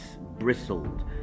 bristled